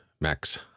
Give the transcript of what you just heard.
Max